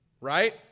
Right